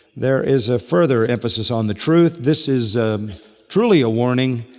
there is a further emphasis on the truth. this is truly a warning,